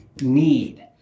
need